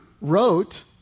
wrote